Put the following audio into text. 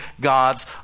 God's